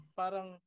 parang